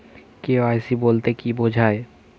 KYC বলতে কি বোঝায়?